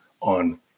on